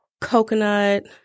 Coconut